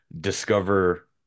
discover